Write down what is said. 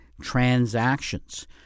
transactions